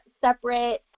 separate –